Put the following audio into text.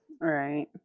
Right